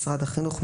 משרד החינוך,